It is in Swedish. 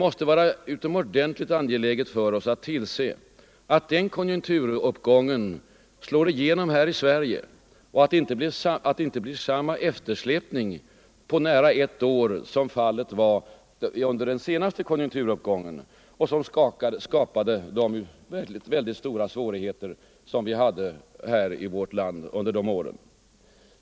Det är utomordentligt angeläget för oss att tillse att den konjunkturuppgången slår igenom här i Sverige och att det inte blir samma eftersläpning på nära ett år som under den senaste konjunkturuppgången, en eftersläpning som skapade stora svårigheter i vårt land.